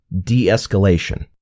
de-escalation